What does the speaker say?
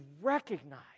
recognize